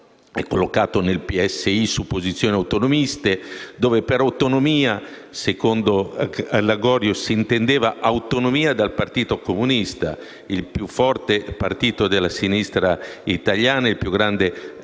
collocato nel PSI su posizioni autonomiste dove per autonomia, secondo Lagorio, si intendeva autonomia dal Partito Comunista Italiano, il più forte partito della sinistra italiana e il più grande partito